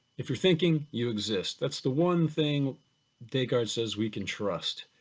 if you're thinking, you exist, that's the one thing descartes says we can trust.